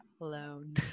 Alone